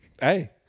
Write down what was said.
Hey